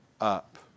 up